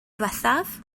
ddiwethaf